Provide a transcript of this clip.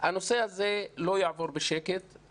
הנושא הזה לא יעבור בשקט.